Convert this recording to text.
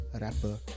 rapper